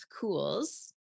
cools